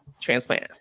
transplant